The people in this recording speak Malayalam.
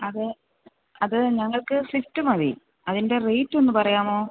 അതെ അത് ഞങ്ങൾക്ക് സ്വിഫ്റ്റ് മതി അതിൻ്റെ റേറ്റൊന്ന് പറയാമോ